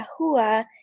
Yahuwah